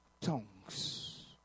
tongues